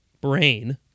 brain